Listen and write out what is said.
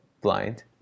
blind